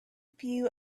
few